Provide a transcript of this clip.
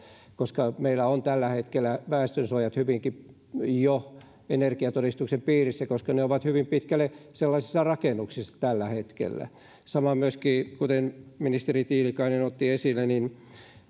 koska meillä ovat tällä hetkellä nimenomaan nämä väestönsuojat hyvinkin jo energiatodistuksen piirissä koska ne ovat hyvin pitkälle sellaisissa rakennuksissa tällä hetkellä samoin myöskään kuten ministeri tiilikainen otti esille